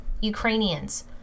Ukrainians